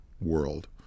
world